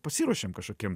pasiruošiam kažkokiem